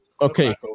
Okay